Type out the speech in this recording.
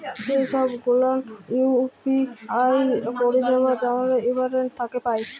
যে ছব গুলান ইউ.পি.আই পারিছেবা আমরা ইন্টারলেট থ্যাকে পায়